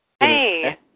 Hey